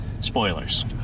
Spoilers